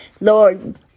Lord